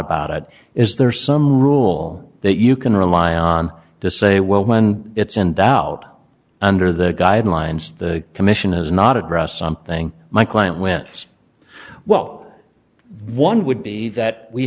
about it is there some rule that you can rely on to say well when it's in doubt under the guidelines the commission has not addressed something my client went well this one would be that we